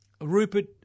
Rupert